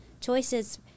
choices